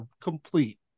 complete